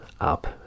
up